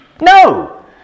No